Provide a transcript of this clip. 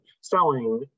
selling